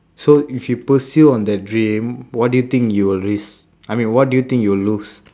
so if you pursue on the dream what do you think you will risk I mean what do you think you will lose